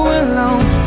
alone